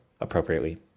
appropriately